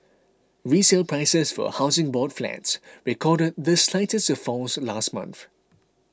resale prices for Housing Board flats recorded the slightest of falls last month